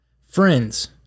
Friends